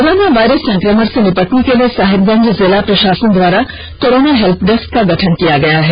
corona virus संक्रमण से निपटने के लिए साहिबगंज जिला प्रशासन के द्वारा कोरोना हेल्पडेस्क का गठन किया गया है